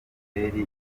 inkotanyi